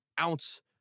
ounce